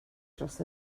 dros